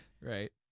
Right